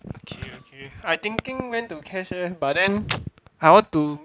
okay okay I thinking when to cash eh but then I want to